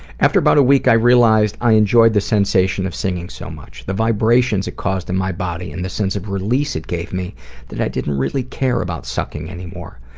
after about a week i realized i enjoyed the sensation of singing so much. the vibrations it caused in my body and the sense of release it gave me that i didn't really care about sucking anymore.